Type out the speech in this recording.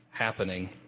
Happening